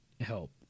help